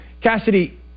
Cassidy